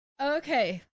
Okay